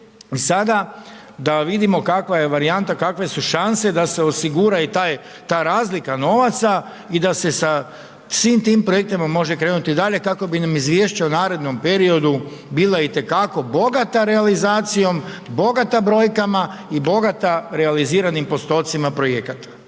varijanta, kakve su šanse da se osigura i taj, ta razlika novaca i da se sa svim tim projektima može krenuti dalje kako bi nam izvješće o narednom periodu bila i te kako bogata realizacijom, bogata brojkama i bogata realiziranim postocima projekata.